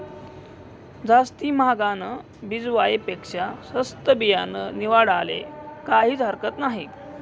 जास्ती म्हागानं बिजवाई पेक्शा सस्तं बियानं निवाडाले काहीज हरकत नही